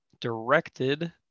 directed